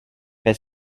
per